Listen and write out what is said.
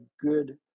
good